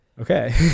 okay